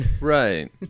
Right